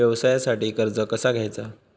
व्यवसायासाठी कर्ज कसा घ्यायचा?